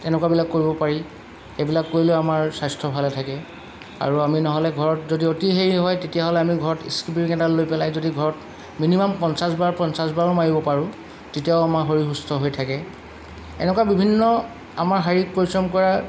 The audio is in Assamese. তেনেকুৱাবিলাক কৰিব পাৰি এইবিলাক কৰিলেও আমাৰ স্বাস্থ্য ভালে থাকে আৰু আমি নহ'লে ঘৰত যদি অতি হেৰি হয় তেতিয়াহ'লে আমি ঘৰত ইস্কিপিং এটা লৈ পেলাই যদি ঘৰত মিনিমাম পঞ্চাছ বাৰ পঞ্চাছবাৰো মাৰিব পাৰোঁ তেতিয়াও আমাৰ শৰীৰ সুস্থ হৈ থাকে এনেকুৱা বিভিন্ন আমাৰ শাৰীৰিক পৰিশ্ৰম কৰা